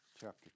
chapter